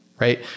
right